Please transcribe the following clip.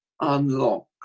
unlock